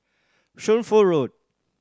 Shunfu Road